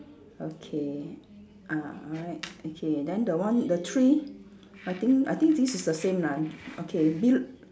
okay ah alright okay then the one the three I think I think this is the same lah okay bel~